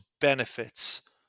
benefits